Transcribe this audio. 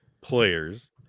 players